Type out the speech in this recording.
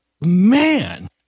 man